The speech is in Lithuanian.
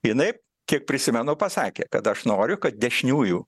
jinai kiek prisimenu pasakė kad aš noriu kad dešiniųjų